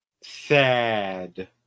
Sad